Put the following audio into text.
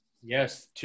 Yes